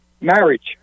Marriage